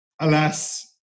Alas